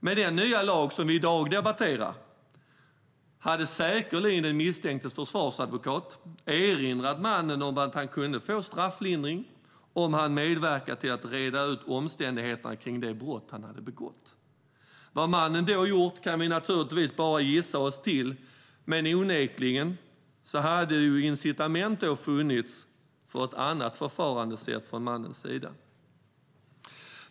Med den nya lag som vi i dag debatterar hade säkerligen den misstänktes försvarsadvokat erinrat mannen om att han kunde få strafflindring om han medverkade till att reda ut omständigheterna kring det brott han hade begått. Vad mannen då hade gjort kan vi naturligtvis bara gissa oss till, men onekligen hade incitament då funnits för ett annat förfarandesätt från mannens sida.